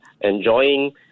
enjoying